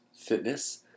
fitness